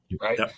right